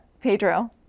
Pedro